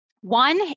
One